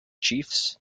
chiefs